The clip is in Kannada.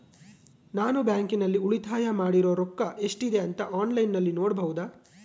ನಾನು ಬ್ಯಾಂಕಿನಲ್ಲಿ ಉಳಿತಾಯ ಮಾಡಿರೋ ರೊಕ್ಕ ಎಷ್ಟಿದೆ ಅಂತಾ ಆನ್ಲೈನಿನಲ್ಲಿ ನೋಡಬಹುದಾ?